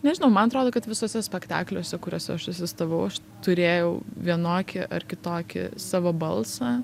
nežinau man atrodo kad visuose spektakliuose kuriuose aš asistavau aš turėjau vienokį ar kitokį savo balsą